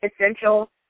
essential